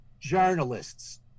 journalists